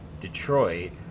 Detroit